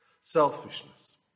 selfishness